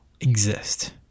exist